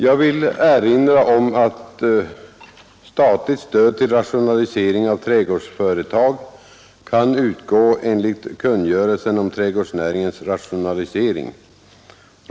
Jag vill först erinra om att statligt stöd till rationalisering av trädgårdsföretag kan utgå enligt kungörelsen om trädgårdsnäringens rationalisering.